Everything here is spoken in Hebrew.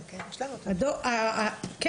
אהה, את